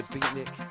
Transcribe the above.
Beatnik